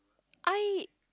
I